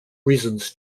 reasons